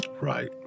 Right